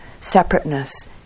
separateness